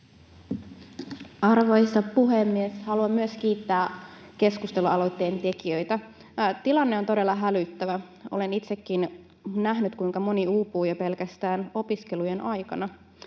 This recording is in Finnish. Arvoisa puhemies! Haluan myös kiittää keskustelualoitteen tekijöitä. Tilanne on todella hälyttävä. Olen itsekin nähnyt, kuinka moni uupuu jo pelkästään opiskelujen aikana.